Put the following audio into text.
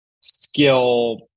skill